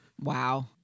Wow